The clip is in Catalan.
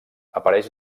apareix